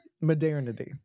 Modernity